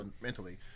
mentally